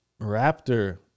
raptor